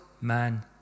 man